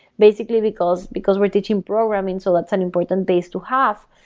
basically because because we're teaching programming, so that's an important base to have.